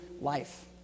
life